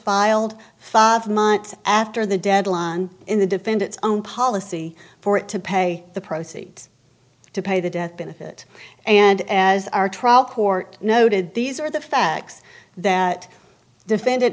filed five months after the deadline in the defendant's own policy for it to pay the proceeds to pay the death benefit and as our trial court noted these are the facts that defend